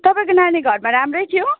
तपाईँको नानी घरमा राम्रै थियो